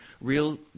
real